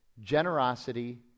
generosity